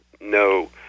no